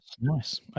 nice